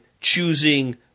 choosing